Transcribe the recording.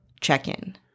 check-in